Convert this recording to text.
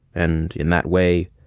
and in that way,